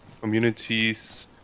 communities